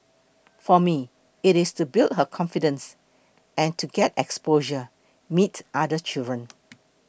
for me it is to build her confidence and to get exposure meet other children